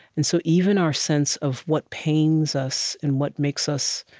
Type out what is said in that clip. and so even our sense of what pains us and what makes us